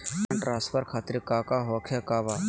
Fund transfer खातिर काका होखे का बा?